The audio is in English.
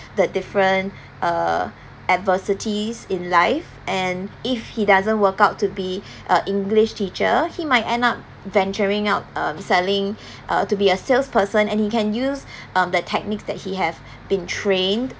the different uh adversities in life and if he doesn't work out to be a english teacher he might end up venturing out um selling uh to be a salesperson and he can use um the techniques that he have been trained